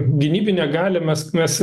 gynybinę galią mes mes